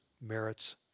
merits